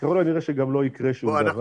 וככל הנראה שגם לא יקרה שום דבר.